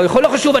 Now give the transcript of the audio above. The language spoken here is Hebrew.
לא חשוב,